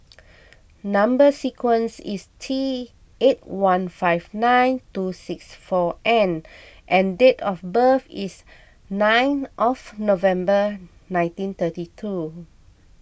Number Sequence is T eight one five nine two six four N and date of birth is nine of November nineteen thirty two